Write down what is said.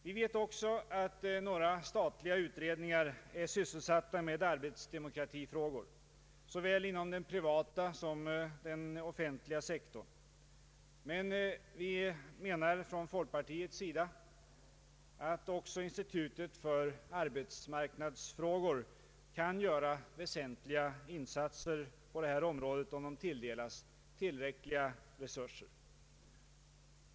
Vi vet också att några statliga utredningar är sysselsatta med arbetsdemokratifrågorna såväl inom den privata som inom den offentliga sektorn. Men folkpartiet menar att också institutet för arbetsmarknadsfrågor kan göra väsentliga insatser på det här området, om institutet tilldelas tillräckliga resurser.